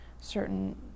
certain